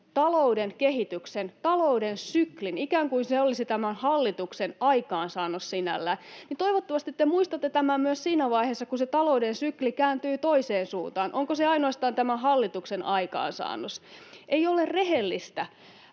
talouden kehitykseen, talouden sykliin, ikään kuin se olisi tämän hallituksen aikaansaannos sinällään, niin toivottavasti te muistatte tämän myös siinä vaiheessa, kun se talouden sykli kääntyy toiseen suuntaan — onko se ainoastaan tämän hallituksen aikaansaannos? Ei ole rehellistä